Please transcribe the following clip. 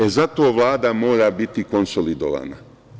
E, zato Vlada mora biti konsolidovana.